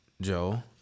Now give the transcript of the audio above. Joe